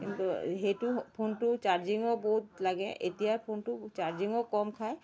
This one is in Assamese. কিন্তু সেইটো ফোনটো চাৰ্জিঙো বহুত লাগে এতিয়াৰ ফোনটো চাৰ্জিঙো কম খায়